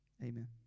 Amen